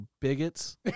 bigots